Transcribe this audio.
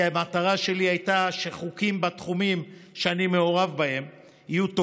כי המטרה שלי הייתה שחוקים בתחומים שאני מעורב בהם יהיו טובים,